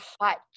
hot